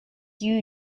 you